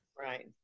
Right